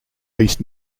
least